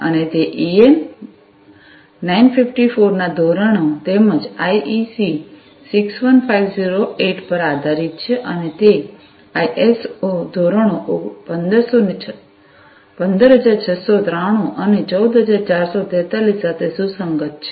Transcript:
અને તે ઈએન 954 ના ધોરણો તેમજ આઇઇસી 61508 પર આધારીત છે અને તે આઇએસઓ ધોરણો 15693 અને 14443 સાથે સુસંગત છે